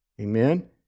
Amen